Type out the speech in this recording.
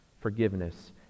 forgiveness